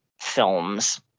film's